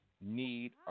need